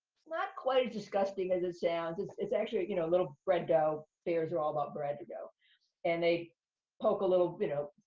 not quite as disgusting as it sounds. it's it's actually, you know, a little bread dough. fairs are all about bread dough. and they poke a little, you know,